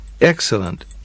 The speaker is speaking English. Excellent